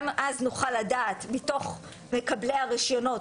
גם אז נוכל לדעת מתוך מקבלי הרישיונות,